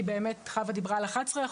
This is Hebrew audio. כי באמת חוה דיברה על 11%,